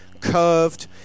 curved